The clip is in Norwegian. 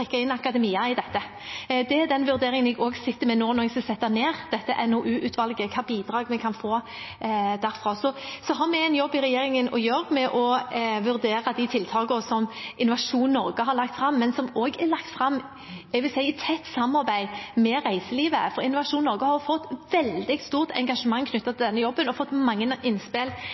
inn akademia i dette. Det er også en vurdering jeg sitter med nå når jeg skal sette ned dette NOU-utvalget – hvilket bidrag vi kan få derfra. Regjeringen vil vurdere de tiltakene som Innovasjon Norge har lagt fram, men som også er lagt fram i tett samarbeid med reiselivet. Innovasjon Norge har hatt et veldig stort engasjement knyttet til denne jobben og fått mange innspill